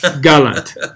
Gallant